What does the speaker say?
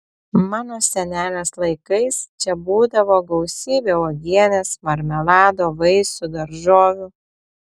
mano senelės laikais čia būdavo gausybė uogienės marmelado vaisių daržovių